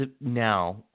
now